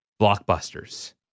blockbusters